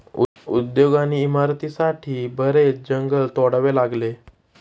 उद्योग आणि इमारतींसाठी बरेच जंगल तोडावे लागले